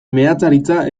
meatzaritza